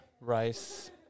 rice